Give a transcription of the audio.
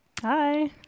Hi